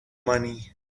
money